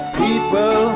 people